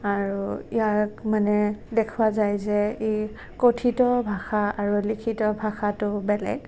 আৰু ইয়াক মানে দেখুওৱা যায় যে ই কথিত ভাষা আৰু লিখিত ভাষাটো বেলেগ